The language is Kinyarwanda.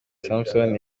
samson